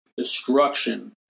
Destruction